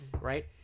right